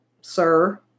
sir